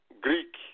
Greek